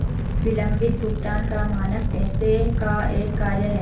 विलम्बित भुगतान का मानक पैसे का एक कार्य है